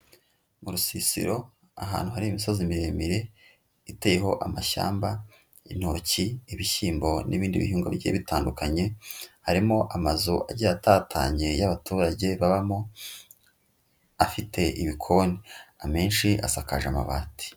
Mu rusisiro ahantu hari imisozi miremire iteyeho amashyamba, intoki, ibishyimbo n'ibindi bihingwa bigiye bitandukanye, harimo amazu agiye atatanye y'abaturage babamo afite ibikoni, amenshi asakaje amabati.